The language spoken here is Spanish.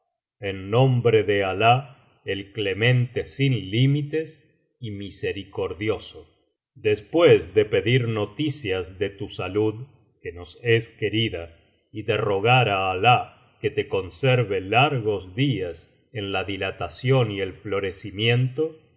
t nombre de alah el clemente in límites y misericordioso después de pedir noticias de tu salud que nos es querida y de rogar á alali que te conserve largos días en la dilatación y el florecimiento